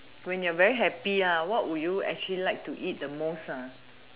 when you're very happy lah what would you actually like to eat the most